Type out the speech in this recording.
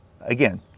again